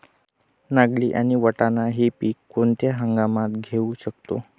नागली आणि वाटाणा हि पिके कोणत्या हंगामात घेऊ शकतो?